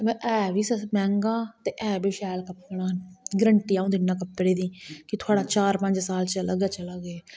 ते एह् बी मैंहगा ते है बी शैल कपड़ा ग्रंटी अऊं दिन्ना कपडे़ दी कि थुआढ़ा चार पंज साल चलग गै चलग एह्